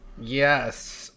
Yes